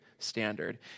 standard